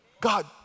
God